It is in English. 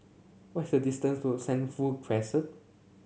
what is the distance to Sentul Crescent